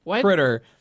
critter